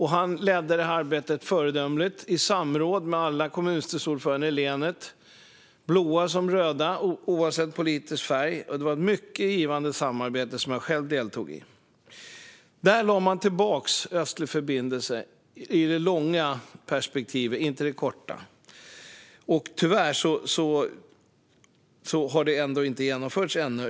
Han ledde arbetet föredömligt i samråd med alla kommunstyrelseordförande i länet, blå som röda och oavsett politisk färg. Det var ett mycket givande samarbete, som jag själv deltog i. I förhandlingen lade man tillbaka Östlig förbindelse - i det långa perspektivet, inte det korta. Tyvärr har det ändå inte genomförts ännu.